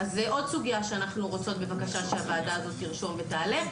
זו עוד סוגיה שאנחנו רוצות שהוועדה הזאת תרשום ותעלה.